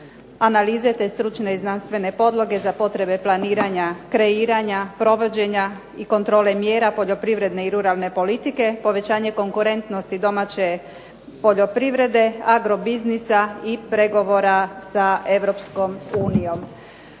analize te stručne i znanstvene podloge za potrebe planiranja kreiranja, provođenja i kontrole mjera poljoprivredne i ruralne politike, povećanje konkurentnosti domaće poljoprivrede, agrobiznisa i pregovora sa EU.